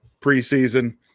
preseason